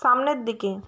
সামনের দিকে